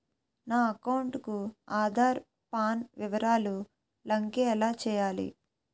నా అకౌంట్ కు ఆధార్, పాన్ వివరాలు లంకె ఎలా చేయాలి?